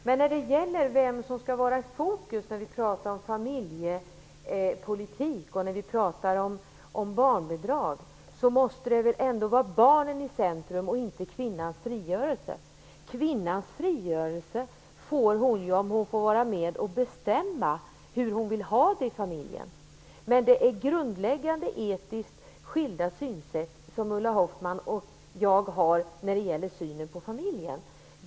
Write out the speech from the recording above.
Fru talman! Men det måste väl ändå vara barnen som skall stå i fokus när vi pratar om familjepolitik och om barnbidrag och inte kvinnans frigörelse. Frigörelse får ju kvinnan om hon får vara med och bestämma hur hon vill ha det i familjen. Det är etiskt grundläggande skilda synsätt som Ulla Hoffmann och jag har när det gäller synen på familjen.